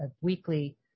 weekly